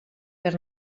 per